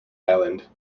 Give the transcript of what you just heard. island